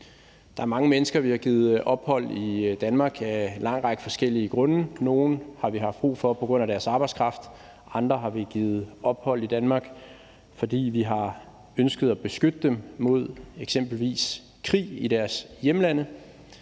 Der er mange mennesker, vi har givet ophold i Danmark af en lang række forskellige grunde. Nogle har vi haft brug for på grund af deres arbejdskraft, andre har vi givet ophold i Danmark, fordi vi har ønsket at beskytte dem mod eksempelvis krig i deres hjemlande.